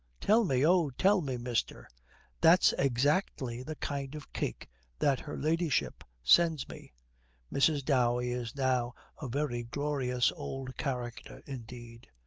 tell me, oh, tell me, mister that's exactly the kind of cake that her ladyship sends me mrs. dowey is now a very glorious old character indeed.